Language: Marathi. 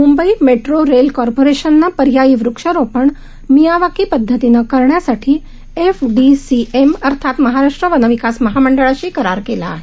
मुंबई मेट्रो रेल कॉर्परिशननं पर्यायी वृक्षारोपण मियावाकी पद्धतीनं करण्यासाठी एफडीसीएम अर्थात महाराष्ट्र वन विकास महामंडळाशी एक करार केला आहे